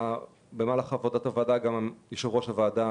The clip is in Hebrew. במהלך עבודת הוועדה ראש הוועדה,